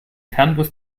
fernbus